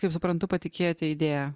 kaip suprantu patikėjote idėja